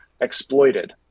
exploited